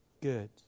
good